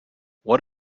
what